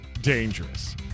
Dangerous